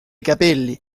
capelli